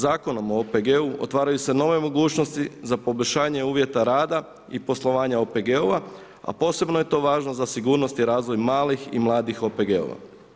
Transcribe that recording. Zakonom o OPG-u otvaraju se nove mogućnosti za poboljšanje uvjeta rada i poslovanja OPG-ova a posebno je to važno za sigurnost i razvoj malih i mladih OPG-ova.